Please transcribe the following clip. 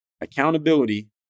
Accountability